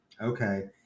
Okay